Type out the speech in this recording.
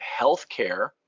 healthcare